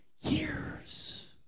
Years